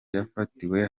yafatiwe